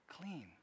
Clean